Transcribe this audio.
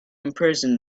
imprison